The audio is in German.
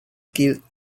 gilt